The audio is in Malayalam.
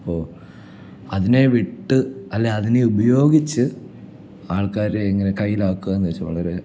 അപ്പോൾ അതിനെവിട്ട് അല്ലെങ്കിൽ അതിനെ ഉപയോഗിച്ച് ആൾക്കാരെ എങ്ങനെ കയ്യിലാക്കുമെന്ന് വെച്ച് വളരെ